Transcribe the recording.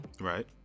Right